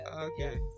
Okay